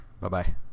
Bye-bye